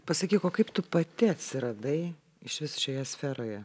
pasakyk o kaip tu pati atsiradai išvis šioje sferoje